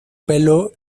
pelo